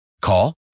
Call